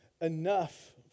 enough